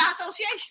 association